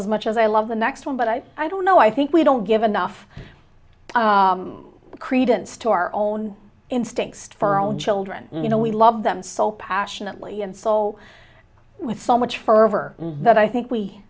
as much as i love the next one but i don't know i think we don't give enough credence to our own instincts for own children you know we love them so passionately and so with so much fervor that i think we